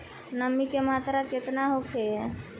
नमी के मात्रा केतना होखे?